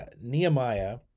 Nehemiah